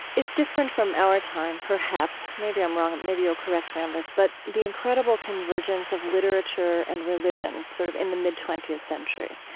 is different from our time. perhaps, maybe i'm wrong, maybe you'll correct me on this. but the incredible convergence of literature and religion sort of in the mid twentieth century.